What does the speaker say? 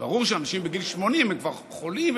ברור שאנשים בגיל 80 הם כבר חולים,